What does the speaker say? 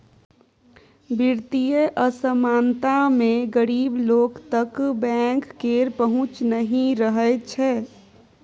बित्तीय असमानता मे गरीब लोक तक बैंक केर पहुँच नहि रहय छै